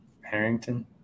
Harrington